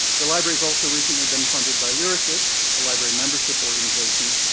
the libraries also recently been funded by lyrasis, a library membership organization,